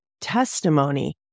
testimony